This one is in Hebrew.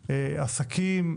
עסקים,